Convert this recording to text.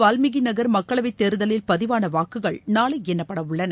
வால்மீகி நகர் மக்களவை தேர்தலில் பதிவான வாக்குகள் நாளை எண்ணப்பட உள்ளன